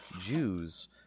Jews